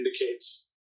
indicates